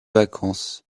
vacances